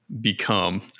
become